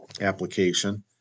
application